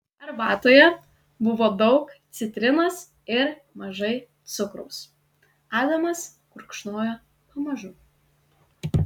arbatoje buvo daug citrinos ir mažai cukraus adamas gurkšnojo pamažu